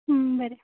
बरें